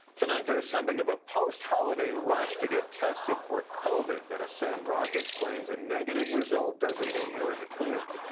tonight there's something of a post-holiday rush to get tested for covid, but as sam brock explains a negative result doesn't mean you're in the clear.